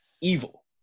evil